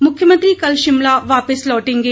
मुख्यमंत्री कल शिमला वापिस लौटेंगे